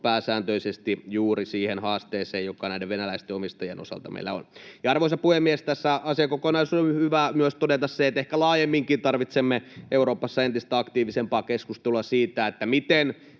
pääsääntöisesti juuri siihen haasteeseen, joka näiden venäläisten omistajien osalta meillä on. Arvoisa puhemies! Tässä asiakokonaisuudessa on hyvä myös todeta se, että ehkä laajemminkin tarvitsemme Euroopassa entistä aktiivisempaa keskustelua siitä, miten